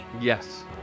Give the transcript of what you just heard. Yes